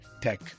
tech